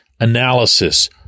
analysis